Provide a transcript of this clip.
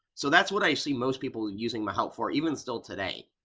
so that's what i see most people using mahout for, even still today,